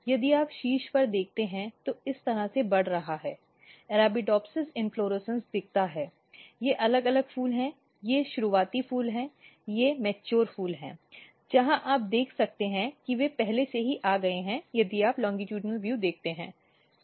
यदि आप शीर्ष पर देखते हैं तो इस तरह से बढ़ रहा है Arabidopsis इन्फ्लोरेसन्स दिखता है ये अलग अलग फूल हैं ये शुरुआती फूल हैं ये परिपक्व फूल हैं जहां आप देख सकते हैं कि वे पहले से ही आ गए हैं यदि आप अनुदैर्ध्य दृश्य देखते हैं